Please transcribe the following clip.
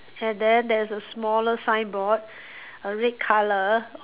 and then there's a smaller signboard a red colour